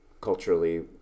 culturally